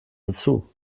dazu